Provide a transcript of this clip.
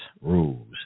rules